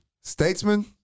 Statesman